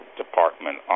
department